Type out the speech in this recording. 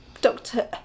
doctor